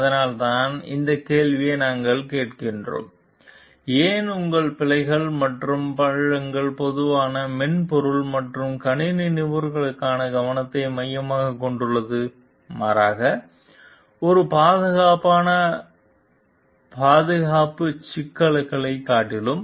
அதனால்தான் இந்த கேள்வியை நாங்கள் கேட்கிறோம் ஏன் உங்கள் பிழைகள் மற்றும் பள்ளங்கள் பொதுவாக மென்பொருள் மற்றும் கணினி நிபுணர்களுக்கான கவனத்தை மையமாகக் கொண்டுள்ளன மாறாக ஒரு பாதுகாப்பான பாதுகாப்பு சிக்கல்களைக் காட்டிலும்